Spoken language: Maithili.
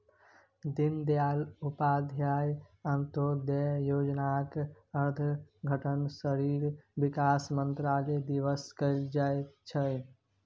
दीनदयाल उपाध्याय अंत्योदय योजनाक उद्घाटन शहरी विकास मन्त्रालय दिससँ कैल गेल छल